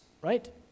Right